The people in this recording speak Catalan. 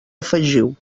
afegiu